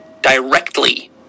Directly